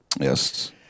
Yes